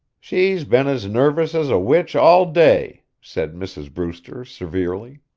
she's been as nervous as a witch all day, said mrs. brewster, severely.